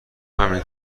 همین